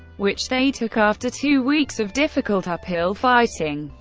which they took after two weeks of difficult uphill fighting.